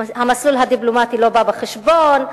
המסלול הדיפלומטי לא בא בחשבון,